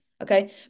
Okay